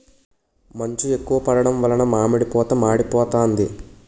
మంచు ఎక్కువ పడడం వలన మామిడి పూత మాడిపోతాంది